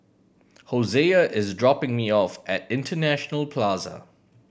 Hosea is dropping me off at International Plaza